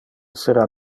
sera